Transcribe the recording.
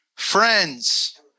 Friends